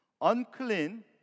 unclean